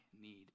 need